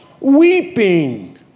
Weeping